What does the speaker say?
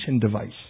device